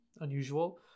unusual